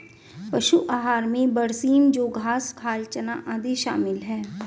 पशु आहार में बरसीम जौं घास खाल चना आदि शामिल है